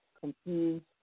confused